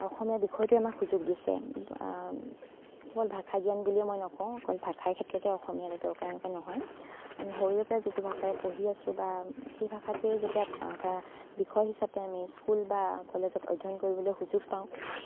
অসমীয়া বিষয়টোৱে আমাক সুযোগ দিছে কেৱল ভাষা জ্ঞান বুলি মই নকওঁ অকল ভাষাৰ ক্ষেত্ৰতে অসমীয়াটো দৰকাৰ এনে নহয় আমি সৰুৰে পৰাই যিটো ভাষাৰে পঢ়ি আহিছোঁ বা সেই ভাষাটোৱেই যেতিয়া বিষয় হিচাপে আমি স্কুল বা কলেজত অধ্যয়ন কৰিবলৈ সুযোগ পাওঁ